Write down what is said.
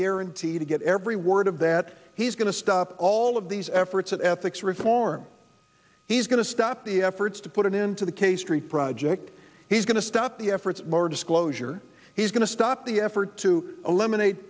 guaranteed to get every word of that he's going to stop all of these efforts of ethics reform he's going to stop the efforts to put it into the k street project he's going to stop the efforts more disclosure he's going to stop the effort to eliminate